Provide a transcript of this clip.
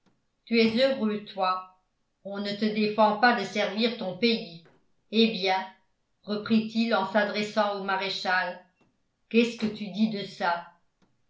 tu es heureux toi on ne te défend pas de servir ton pays eh bien reprit-il en s'adressant au maréchal qu'est-ce que tu dis de ça